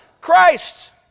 Christ